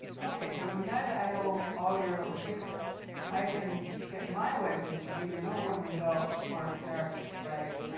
ok, so now that i know all you little secrets, i can get my web page to be the number one result for a search like,